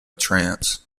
trance